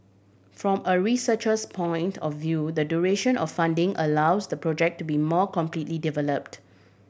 from a researcher's point of view the duration of funding allows the project to be more completely developed